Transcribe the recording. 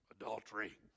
adultery